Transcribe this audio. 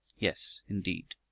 yes, indeed.